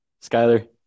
Skyler